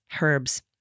herbs